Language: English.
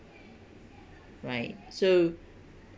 right so